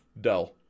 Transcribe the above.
Dell